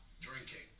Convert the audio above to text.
drinking